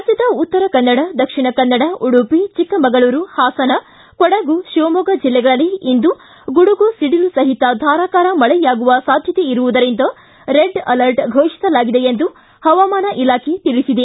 ರಾಜ್ಲದ ಉತ್ತರಕನ್ನಡ ದಕ್ಷಿಣಕನ್ನಡ ಉಡುಪಿ ಚಿಕ್ಕಮಗಳೂರು ಹಾಸನ ಕೊಡಗು ಶಿವಮೊಗ್ಗ ಜಿಲ್ಲೆಗಳಲ್ಲಿ ಇಂದು ಗುಡುಗು ಸಿಡಿಲು ಸಹಿತ ಧಾರಕಾರ ಮಳೆಯಾಗುವ ಸಾಧ್ಯತೆ ಇರುವುದರಿಂದ ರೆಡ್ ಅಲಟ್ ಘೋಷಿಸಲಾಗಿದೆ ಎಂದು ಹವಾಮಾನ ಇಲಾಖೆ ತಿಳಿಸಿದೆ